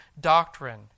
doctrine